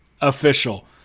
official